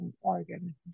organ